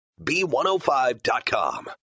B105.com